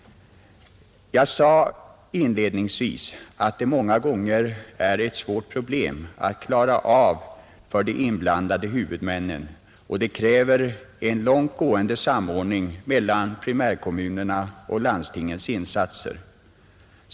Jag sade inledningsvis att det många gånger är ett svårt problem att klara av för de inblandade huvudmännen, och det kräver en långtgående samordning mellan primärkommunernas och landstingens insatser.